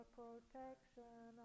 protection